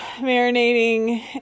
marinating